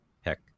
heck